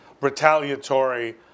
retaliatory